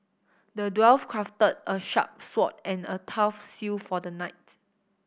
the dwarf crafted a sharp sword and a tough shield for the knight